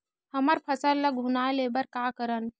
हमर फसल ल घुना ले बर का करन?